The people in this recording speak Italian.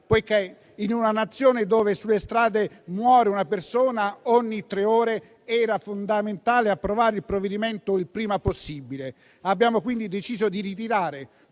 poiché in una Nazione dove sulle strade muore una persona ogni tre ore era fondamentale approvare il provvedimento il prima possibile. Abbiamo quindi deciso di ritirare